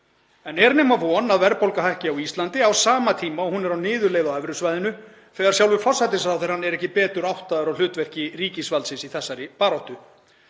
En er nema von að verðbólga hækki á Íslandi á sama tíma og hún er á niðurleið á evrusvæðinu þegar sjálfur forsætisráðherrann er ekki betur áttaður á hlutverki ríkisvaldsins í þessari baráttu?